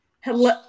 Hello